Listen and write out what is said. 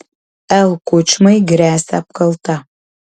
l kučmai gresia apkalta